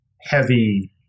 heavy